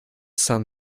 sun